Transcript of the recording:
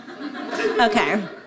Okay